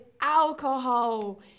alcohol